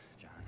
John